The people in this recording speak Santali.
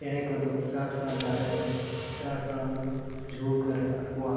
ᱪᱮᱬᱮ ᱠᱚᱫᱚ ᱥᱮᱬᱟᱼᱥᱮᱬᱟ ᱫᱟᱨᱮ ᱥᱮ ᱥᱮᱬᱟᱼᱥᱮᱬᱟ ᱡᱷᱩᱲ ᱠᱚᱨᱮ ᱟᱠᱚᱣᱟᱜ